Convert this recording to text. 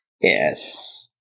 Yes